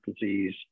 disease